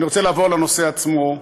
אני רוצה לעבור לנושא עצמו.